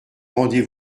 rendez